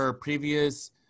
previous